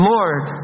Lord